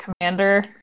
commander